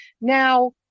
Now